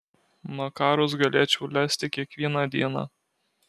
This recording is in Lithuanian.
makarus galėčiau lesti kiekvieną dieną